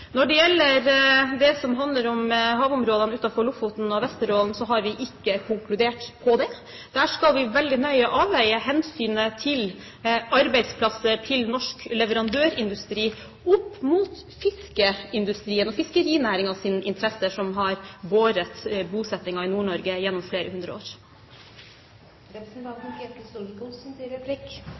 Når det gjelder det som handler om havområdene utenfor Lofoten og Vesterålen, så har vi ikke konkludert. Der skal vi veldig nøye avveie hensynet til norsk leverandørindustris arbeidsplasser opp mot fiskeindustrien og fiskerinæringens interesser, som har båret bosettingen i Nord-Norge i flere hundre år.